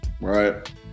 right